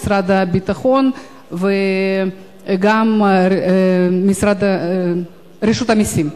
משרד הביטחון וגם רשות המסים.